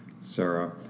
Sarah